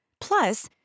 Plus